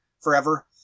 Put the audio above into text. forever